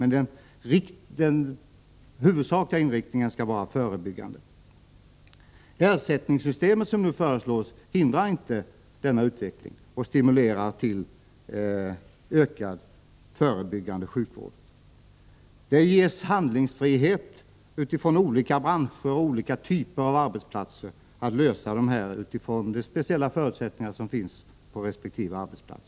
Men den huvudsakliga inriktningen skall vara den förebyggande sjukvården. Det ersättningssystem som nu föreslås hindrar inte denna utveckling och stimulerar till ökad förebyggande sjukvård. Det ges handlingsfrihet för olika branscher och olika typer av arbetsplatser att lösa de här frågorna utifrån de speciella förutsättningar som finns på resp. arbetsplats.